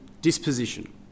disposition